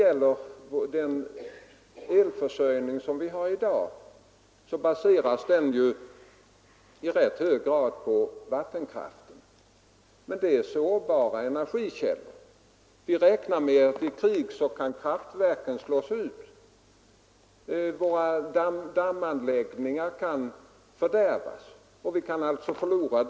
Vår elförsörjning baseras i dag i ganska hög grad på vattenkraften, men kraftkällorna är sårbara. Vi räknar med att sådana kraftverk kan slås ut i krig. Våra dammanläggningar kan förstöras. Då förlorar vi de energikällorna.